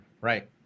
right